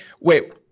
Wait